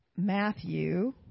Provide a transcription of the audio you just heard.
Matthew